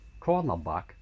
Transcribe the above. cornerback